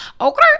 okay